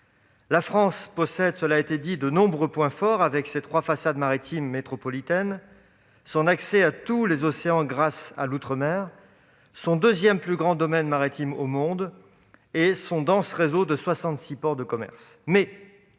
La France possède de nombreux points forts, avec ses trois façades maritimes métropolitaines, son accès à tous les océans grâce à l'outre-mer, son deuxième plus grand domaine maritime au monde et son dense réseau de soixante-six ports de commerce.